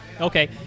Okay